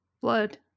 blood